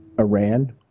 Iran